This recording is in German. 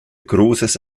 großes